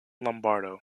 lombardo